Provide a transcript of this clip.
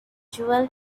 jewel